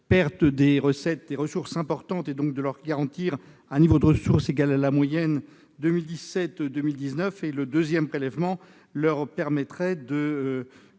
perdent des ressources importantes, et donc de leur garantir un niveau de ressources égal à la moyenne 2017-2019. Le deuxième prélèvement leur permettrait